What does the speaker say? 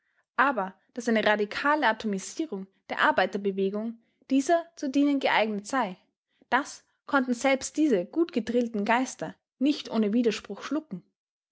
aber daß eine radikale atomisierung der arbeiterbewegung dieser zu dienen geeignet sei das konnten selbst diese gutgedrillten geister nicht ohne widerspruch schlucken